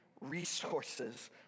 resources